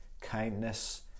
kindness